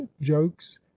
jokes